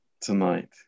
tonight